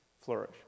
flourish